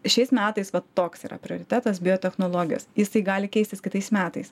šiais metais toks yra prioritetas biotechnologijos jisai gali keistis kitais metais